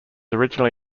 originally